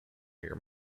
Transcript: near